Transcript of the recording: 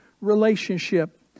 relationship